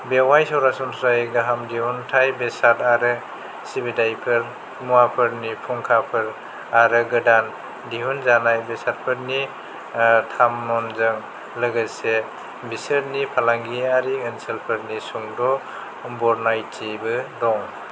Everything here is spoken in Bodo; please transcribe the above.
बेवहाय सरासनस्रायै गाहाम दिहुनथाइ बेसाद आरो सिबिथायफोर मुवाफोरनि फुंखाफोर आरो गोदान दिहुनजानाय बेसादफोरनि थामानजों लोगोसे बिसोरनि फालांगियारि ओनसोलफोरनि सुंद' बरनायथिबो दं